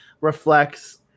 reflects